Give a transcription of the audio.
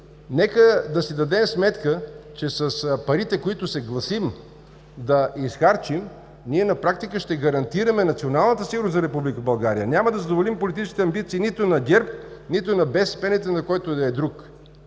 Нека да си дадем сметка, че с парите, които се гласим да изхарчим, ние на практика ще гарантираме националната сигурност на Република България. Няма да задоволим политическите амбиции нито на ГЕРБ, нито на БСП, нито на когото и да е друг.